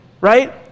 right